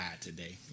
today